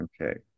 okay